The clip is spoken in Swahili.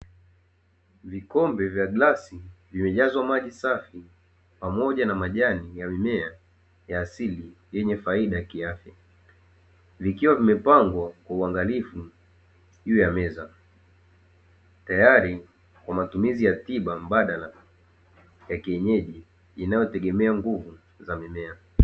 Vikombe vya glasi vimejazwa maji safi pamoja na majani ya mimea ya asili yenye faida kiafya, vikiwa vimepangwa kwa uangalifu juu ya meza tayari kwa matumizi ya tiba mbadala ya kienyeji inayotegemea nguvu za mimea.